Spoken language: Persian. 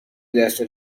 دست